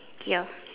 ya